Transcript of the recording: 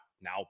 Now